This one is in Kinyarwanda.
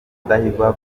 rudahigwa